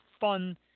fun